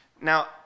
now